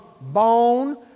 bone